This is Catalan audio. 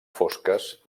fosques